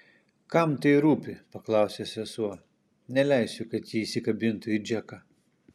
kam tai rūpi paklausė sesuo neleisiu kad ji įsikabintų į džeką